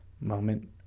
moment